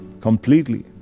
completely